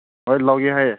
ꯍꯣꯏ ꯂꯧꯒꯦ ꯍꯥꯏꯌꯦ